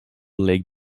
league